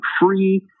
free